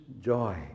joy